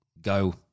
go